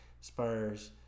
Spurs